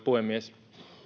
puhemies